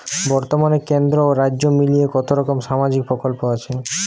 বতর্মানে কেন্দ্র ও রাজ্য মিলিয়ে কতরকম সামাজিক প্রকল্প আছে?